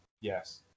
Yes